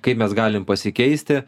kaip mes galim pasikeisti